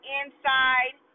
inside